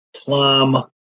plum